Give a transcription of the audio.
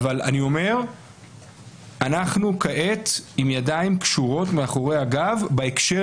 אני אומר שאנחנו כעת עם ידיים קשורות מאחורי הגב בהקשר